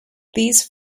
these